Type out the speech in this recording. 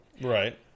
Right